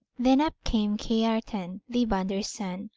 then up came kiartan, the bonder's son,